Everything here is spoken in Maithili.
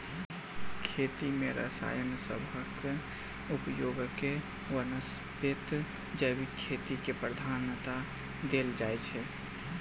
खेती मे रसायन सबहक उपयोगक बनस्पैत जैविक खेती केँ प्रधानता देल जाइ छै